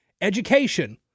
Education